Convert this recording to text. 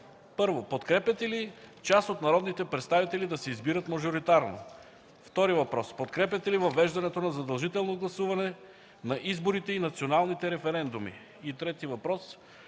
1. Подкрепяте ли част от народните представители да се избират мажоритарно? 2. Подкрепяте ли въвеждането на задължително гласуване на изборите и националните референдуми? 3. Подкрепяте